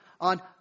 on